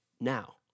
now